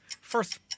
first